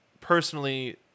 personally